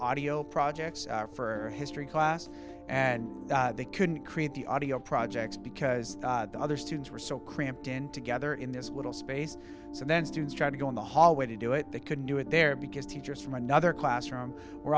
audio projects are for history class and they couldn't create the audio projects because the other students were so cramped and together in this would all space so then students tried to go in the hallway to do it they couldn't do it there because teachers from another classroom were